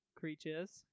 creatures